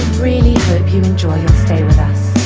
really hope you enjoy your stay with us.